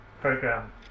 program